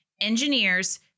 Engineers